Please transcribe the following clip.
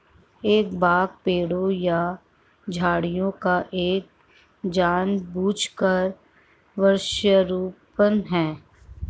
एक बाग पेड़ों या झाड़ियों का एक जानबूझकर वृक्षारोपण है